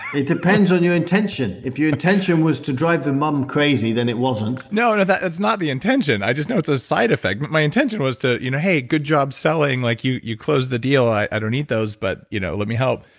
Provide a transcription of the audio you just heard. it depends on your intention. if your intention was to drive the mom crazy, then it wasn't no, no. that's not the intention. i just know it's a side effect, but my intention was to you know hey, good job selling. like you you closed the deal. i don't eat those, but you know let me help.